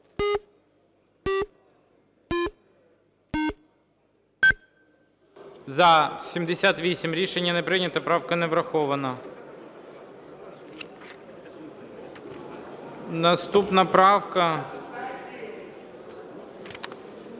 За-78 Рішення не прийнято. Правка не врахована. Наступна правка